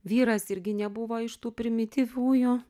vyras irgi nebuvo iš tų primityviųjų